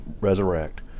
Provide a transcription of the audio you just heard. resurrect